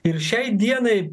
ir šiai dienai